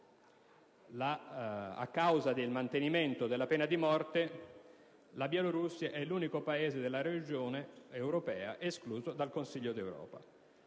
a causa del mantenimento della pena di morte, è l'unico paese della regione escluso dal Consiglio d'europa;